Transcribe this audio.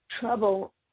trouble